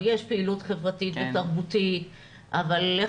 יש שם פעילות חברתית ותרבותית אבל לך